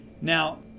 Now